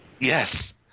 Yes